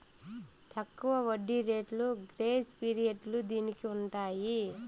తక్కువ వడ్డీ రేట్లు గ్రేస్ పీరియడ్లు దీనికి ఉంటాయి